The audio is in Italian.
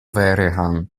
vehrehan